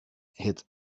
hid